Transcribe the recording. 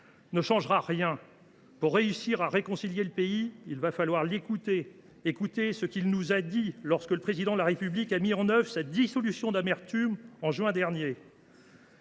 ne changera rien… Pour réussir à réconcilier le pays, il va falloir l’écouter et entendre ce qu’il nous a dit lorsque le Président de la République a mis en œuvre sa « dissolution d’amertume » en juin dernier.